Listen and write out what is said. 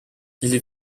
ils